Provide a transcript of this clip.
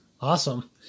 Awesome